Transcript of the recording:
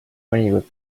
mõnikord